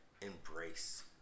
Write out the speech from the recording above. embrace